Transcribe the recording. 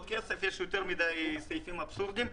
כסף יש יותר מדיי סעיפים אבסורדים.